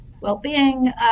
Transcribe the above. well-being